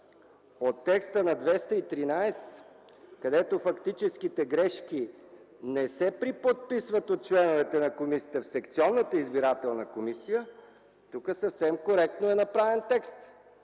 от текста на чл. 213, където фактическите грешки не се преподписват от членовете на комисията в секционната избирателна комисия, тук съвсем коректно е направен текстът.